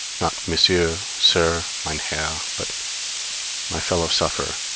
not monsieur, sir, mein herr, but my fellow-sufferer,